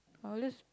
always